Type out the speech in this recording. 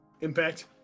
impact